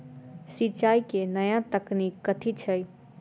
सिंचाई केँ नया तकनीक कथी छै?